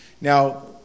now